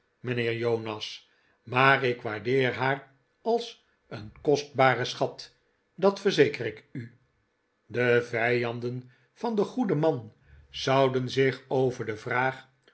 jonas maar ik waardeer haar als een kostbare schat dat verzeker ik u de vijanden van den goeden man zouden zich over de vraag